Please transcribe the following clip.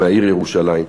מהעיר ירושלים.